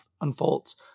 unfolds